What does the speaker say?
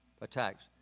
attacks